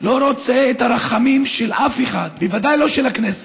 לא רוצה את הרחמים של אף אחד, בוודאי לא של הכנסת,